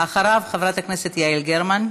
אחריו, חברת הכנסת יעל גרמן.